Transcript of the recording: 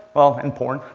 well, and porn,